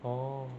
orh